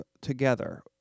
together